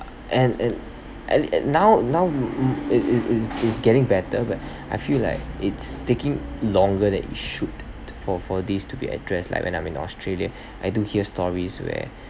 and and and now now i~ it is it's getting better but I feel like it's taking longer than it should for for these to be addressed like when I'm in australia I do hear stories where